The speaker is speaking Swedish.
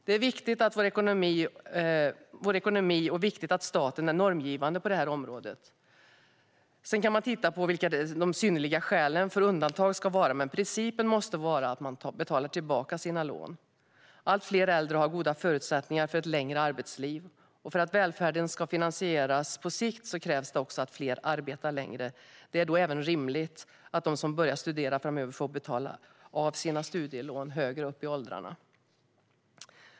Det är viktigt för vår ekonomi, och det är viktigt att staten är normgivande på området. Man kan titta på vilka de synnerliga skälen för undantag ska vara, men principen måste vara att man ska betala tillbaka sina lån. Allt fler äldre har goda förutsättningar för ett längre arbetsliv. För att välfärden ska finansieras på sikt krävs det också att fler arbetar längre. Då är det rimligt att de som börjar studera framöver får betala av sina studielån högre upp i åldrarna.